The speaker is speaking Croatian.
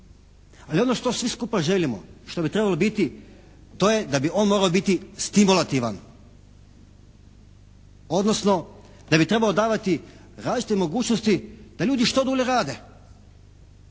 Ali ono što svi skupa želimo, što bi trebalo biti, to je da bi on morao biti stimulativan, odnosno da bi trebao davati različite mogućnosti da ljudi što dulje rade.